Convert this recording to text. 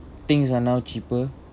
things are now cheaper